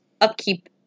upkeep